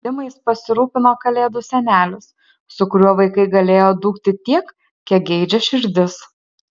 žaidimais pasirūpino kalėdų senelis su kuriuo vaikai galėjo dūkti tiek kiek geidžia širdis